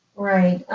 all right.